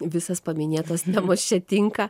visas paminėtos temos čia tinka